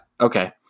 okay